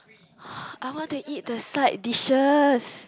I want to eat the side dishes